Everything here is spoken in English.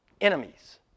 Enemies